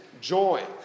joy